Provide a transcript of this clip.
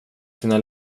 dina